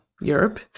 Europe